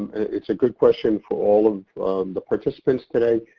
it's a good question for all of the participants today.